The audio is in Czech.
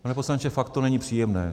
Pane poslanče, fakt to není příjemné.